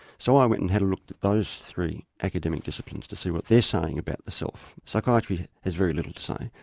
so i went and had a look at those three academic disciplines to see what they're saying about the self. psychiatry has very little to say,